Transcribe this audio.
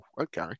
okay